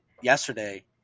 yesterday